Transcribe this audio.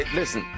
listen